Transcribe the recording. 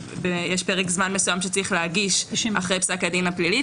יש פרק זמן מסוים של 90 יום שצריך להגיש אחרי פסק הדין הפלילי,